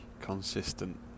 consistent